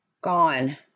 gone